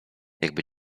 jakby